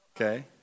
Okay